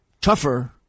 tougher